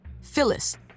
Phyllis